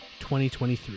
2023